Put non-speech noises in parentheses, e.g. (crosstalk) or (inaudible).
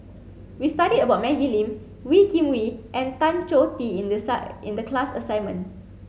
we studied about Maggie Lim Wee Kim Wee and Tan Choh Tee in the (unintelligible) in the class assignment